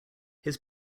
his